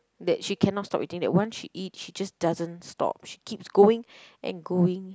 that she cannot stop eating that once she eat she just doesn't stop she keeps going and going